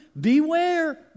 Beware